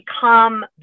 become